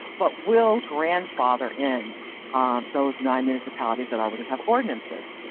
but we'll grandfather in those nine municipalities that already have ordinances.